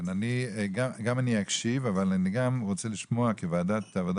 גם אני אקשיב אבל אני גם רוצה לשמוע כוועדת העבודה